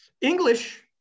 English